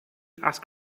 asked